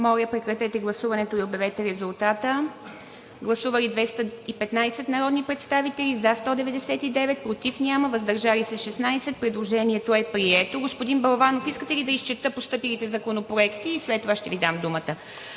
подлежат на гласуване. Гласували 215 народни представители: за 199, против няма, въздържали се 16. Предложението е прието. Господин Балабанов, искате ли да изчета постъпилите законопроекти и след това ще Ви дам думата?